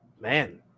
man